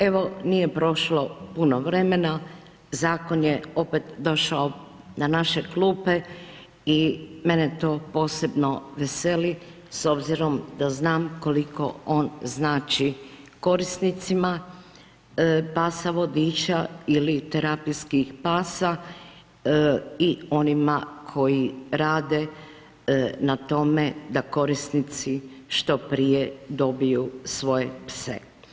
Evo nije prošlo puno vremena zakon je opet došao na naše klupe i mene to posebno veseli s obzirom da znam koliko on znači korisnicima pasa vodiča ili terapijskih pasa i onima koji rade na tome da korisnici što prije dobiju svoje pse.